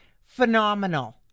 Phenomenal